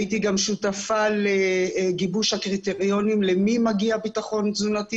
הייתי גם שותפה לגיבוש הקריטריונים למי מגיע ביטחון תזונתי